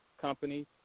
company